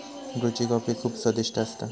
ब्रुची कॉफी खुप स्वादिष्ट असता